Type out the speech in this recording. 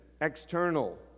external